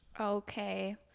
okay